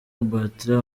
bartra